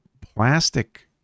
plastic